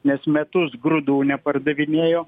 nes metus grūdų nepardavinėjo